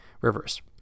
rivers